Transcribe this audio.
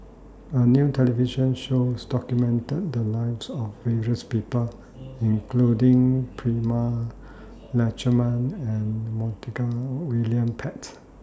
A New television shows documented The Lives of various People including Prema Letchumanan and Montague William Pett